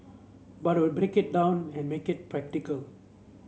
but I would break it down and make it practical